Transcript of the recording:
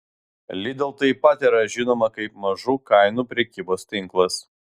lidl taip pat yra žinoma kaip mažų kainų prekybos tinklas